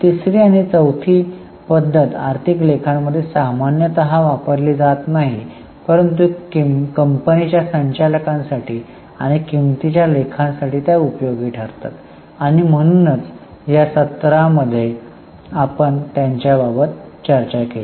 तिसरी आणि चौथी पद्धत आर्थिक लेखांमध्ये सामान्यतः वापरली जात नाही परंतु कंपनीच्या संचालकांसाठी आणि किमतीच्या लेखांसाठी त्या उपयोगी ठरतात आणि म्हणूनच या सत्रामध्ये आपण त्यांच्या बाबत चर्चा केली